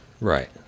Right